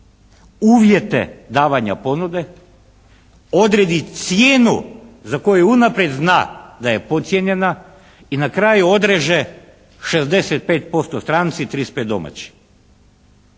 uvjete davanja ponude, odredi cijenu za koju unaprijed zna da je podcijenjena i na kraju odreže 65% stranci 35 domaći.